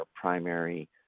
primary